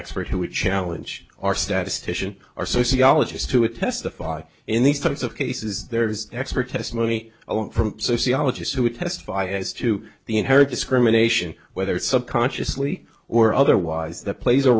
expert who would challenge our statistician or sociologist to a testify in these types of cases there is expert testimony alone from sociologists who would testify as to the inherent discrimination whether subconsciously or otherwise that plays a